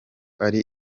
ari